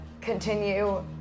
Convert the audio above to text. continue